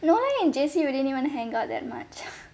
no lah in J_C we didn't even hang out that much